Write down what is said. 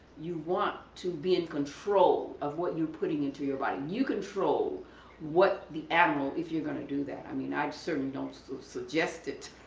you want to be in control of what you're putting into your body. you control what the animal if you're going to do that. i mean i certainly don't so suggest it.